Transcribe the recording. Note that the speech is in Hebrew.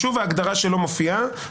ההגדרה של יישוב מופיעה,